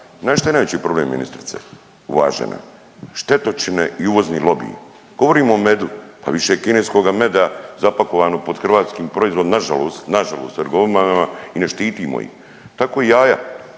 Znate šta je najveći problem ministrice uvažena? Štetočine i uvozni lobiji. Govorimo o medu, pa više je kineskoga meda zapakovano pod hrvatskim proizvodom, nažalost, nažalost…/Govornik se ne razumije/…i ne štitimo ih. Tako i jaja,